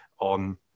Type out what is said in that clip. on